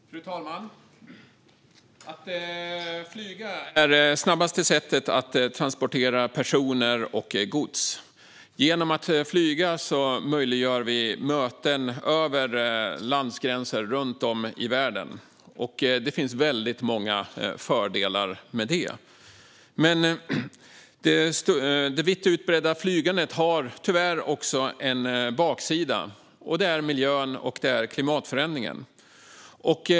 Fru talman! Att flyga är det snabbaste sättet att transportera personer och gods. Genom att flyga möjliggör vi möten över landsgränser runt om i världen. Det finns väldigt många fördelar med det. Men det vitt utbredda flygandet har tyvärr också en baksida, och det är miljö och klimatförändringen.